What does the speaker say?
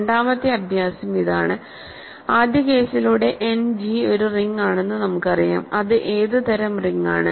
രണ്ടാമത്തെ അഭ്യാസം ഇതാണ് ആദ്യ കേസിലൂടെ എൻഡ് ജി ഒരു റിങ് ആണെന്ന് നമുക്കറിയാം അത് ഏത് തരം റിങ്ങാണ്